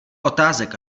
otázek